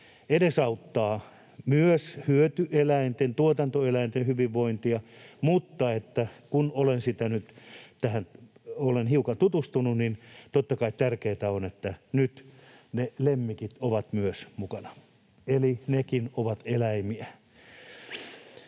edesauttaa myös hyötyeläinten, tuotantoeläinten hyvinvointia, mutta kun olen siihen nyt hiukan tutustunut, niin totta kai tärkeätä on, että nyt ne lemmikit ovat myös mukana — nekin ovat eläimiä.